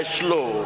slow